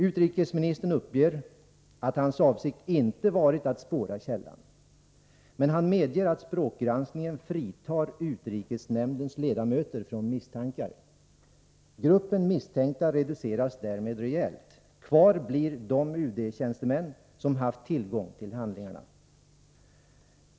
Utrikesministern uppger att det inte varit hans avsikt att spåra källan. Men han medger att språkgranskningen fritar utrikesnämndens ledamöter från misstankar. Gruppen misstänkta reduceras därmed rejält. Kvar blir de UD-tjänstemän som haft tillgång till handlingarna.